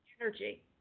energy